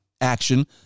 action